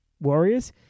warriors